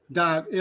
dot